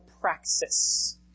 praxis